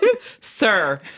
Sir